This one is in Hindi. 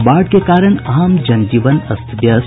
और बाढ़ के कारण आम जनजीवन अस्त व्यस्त